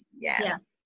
yes